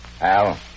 Al